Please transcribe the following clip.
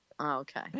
Okay